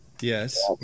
Yes